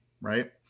right